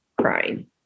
crying